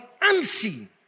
unseen